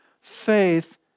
faith